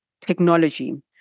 technology